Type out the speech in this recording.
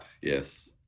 yes